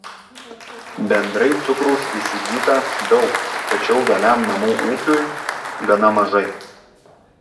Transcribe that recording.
bendrai cukraus įsigyta daug tačiau vienam namų ūkiui gana mažai